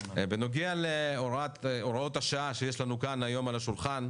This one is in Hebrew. בנוגע להוראות השעה שיש לנו כאן היום על השולחן,